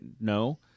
no